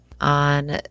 on